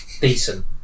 Decent